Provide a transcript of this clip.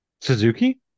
Suzuki